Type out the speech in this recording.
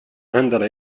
handle